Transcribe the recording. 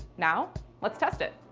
now let's test it.